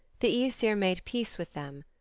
the aesir made peace with them,